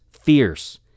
fierce